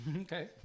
Okay